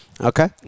Okay